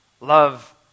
Love